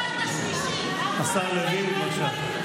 השר לוין, בבקשה.